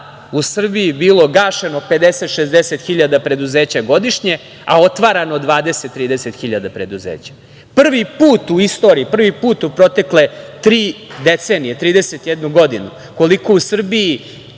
u Srbiji bili gašeno 50, 60 hiljada preduzeća godišnje, a otvarano 20, 30 hiljada preduzeća. Prvi put u istoriji, prvi put u protekle tri decenije, 31 godinu, koliko u Srbiji